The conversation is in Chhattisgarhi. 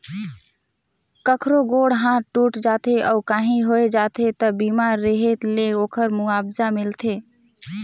कखरो गोड़ हाथ टूट जाथे अउ काही होय जाथे त बीमा रेहे ले ओखर मुआवजा मिलथे